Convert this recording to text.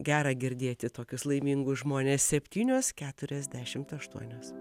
gera girdėti tokius laimingus žmones septynios keturiasdešimt aštuonios